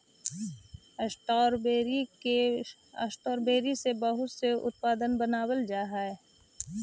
strawberry से बहुत से उत्पाद बनावाल जा हई